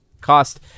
cost